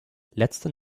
letzte